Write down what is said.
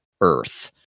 earth